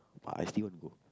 but I still want to go